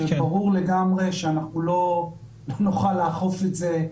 שברור לגמרי שאנחנו לא נוכל לאכוף את זה,